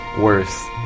worse